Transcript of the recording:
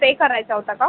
stay करायचा होता का